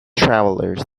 travelers